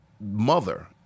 mother